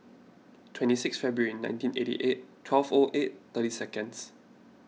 twenty six February nineteen eighty eight twelve O eight thirty seconds